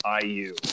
IU